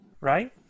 Right